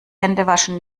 händewaschen